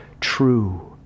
true